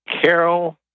Carol